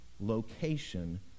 location